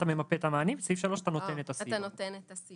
אתה ממפה את המענים וב-(3) אתה נותן את הסיוע.